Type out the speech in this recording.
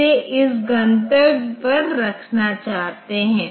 प्रत्येक हस्तांतरण के बाद R13का मान बढ़ जाएगा क्योंकि यहां विस्मयादिबोधकचिह्न है